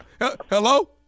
Hello